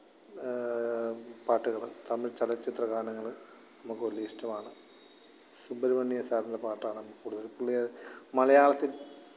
പാട്ടുകൾ തമിഴ് ചലച്ചിത്രഗാനങ്ങൾ നമുക്ക് വലിയ ഇഷ്ടമാണ് സുബ്രഹ്മണ്യ സാറിന്റെ പാട്ടാണ് കൂടുതലും പുള്ളിയെ മലയാളത്തില്